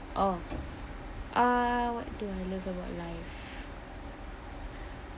oh uh what do I love about life